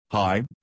Hi